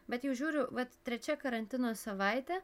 bet jau žiūriu vat trečia karantino savaitė